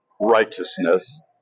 righteousness